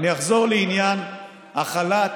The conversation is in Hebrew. אני אחזור לעניין החל"ת,